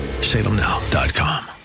salemnow.com